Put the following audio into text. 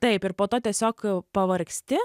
taip ir po to tiesiog pavargsti